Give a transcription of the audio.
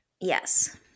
Yes